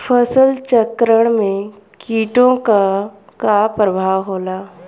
फसल चक्रण में कीटो का का परभाव होला?